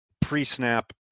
Pre-snap